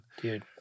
dude